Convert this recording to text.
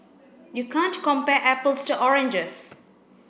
you can't compare apples to oranges